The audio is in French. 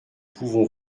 pouvons